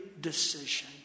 decision